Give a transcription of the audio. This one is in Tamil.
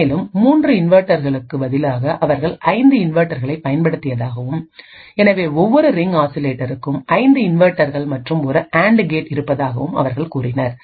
மேலும் 3 இன்வெர்ட்டர்களுக்கு பதிலாக அவர்கள் 5 இன்வெர்ட்டர்களைப் பயன்படுத்தியதாகவும் எனவே ஒவ்வொரு ரிங் ஆசிலேட்டருக்கும் 5 இன்வெர்ட்டர்கள் மற்றும் ஒரு அண்ட் கேட் இருப்பதாகவும் அவர்கள் கூறினர்